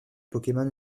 pokémon